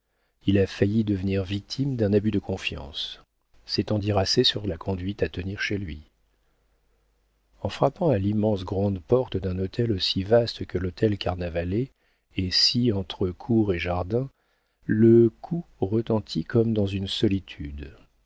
il a failli devenir victime d'un abus de confiance c'est t'en dire assez sur la conduite à tenir chez lui en frappant à l'immense grande porte d'un hôtel aussi vaste que l'hôtel carnavalet et sis entre cour et jardin le coup retentit comme dans une solitude